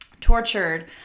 tortured